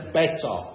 better